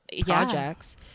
projects